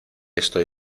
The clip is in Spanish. estoy